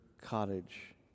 cottage